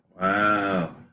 Wow